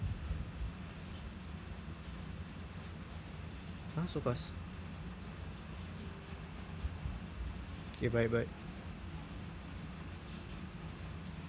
!huh! so fast kay